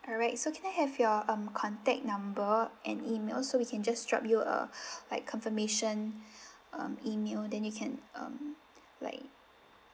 alright so can I have your um contact number and email so we can just drop you a like confirmation um email then you can um like